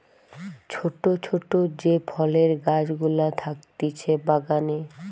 ছোট ছোট যে ফলের গাছ গুলা থাকতিছে বাগানে